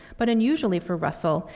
but unusually for russell,